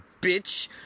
bitch